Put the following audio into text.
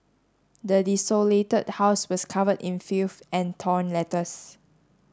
the desolated house was covered in filth and torn letters